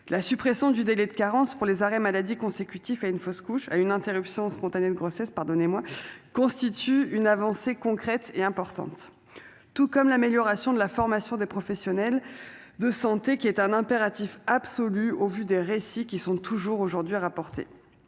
La suppression du délai de carence pour les arrêts maladie consécutif à une fausse couche à une interruption spontanée de grossesse pardonnez-moi constitue une avancée concrète et importante. Tout comme l'amélioration de la formation des professionnels de santé qui est un impératif absolu au vu des récits qui sont toujours aujourd'hui, a rapporté.